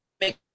make